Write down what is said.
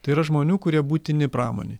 tai yra žmonių kurie būtini pramonei